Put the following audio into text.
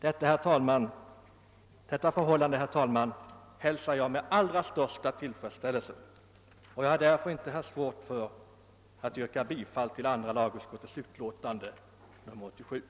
Detta förhållande, herr talman, hälsar jag med allra största tillfredsställelse. Det faller sig därför inte svårt för mig att yrka bifall till andra lagutskottets hemställan.